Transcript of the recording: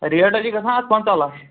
rate حظ چھِ گَژھان اَتھ پنٛژاہ لَچھ